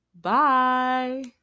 Bye